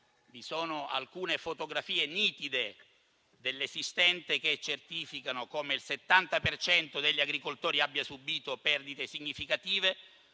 Vi sono alcune fotografie nitide dell'esistente che certificano come il 70 per cento degli agricoltori abbia subito perdite significative,